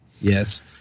Yes